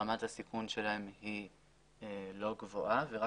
שרמת הסיכון שלהם היא לא גבוהה ורק